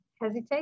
hesitate